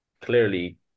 clearly